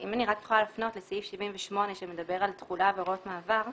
אם אני יכולה להפנות לסעיף 78 שמדבר על תחולה והוראות מעבר,